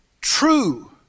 true